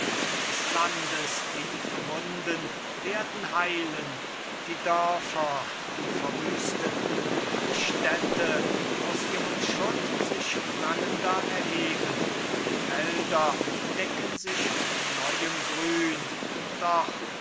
des landes tiefe wunden werden heilen die dörfer die verwüsteten die städte aus ihrem schutt sich prangender erheben die felder decken sich mit neuem grün doch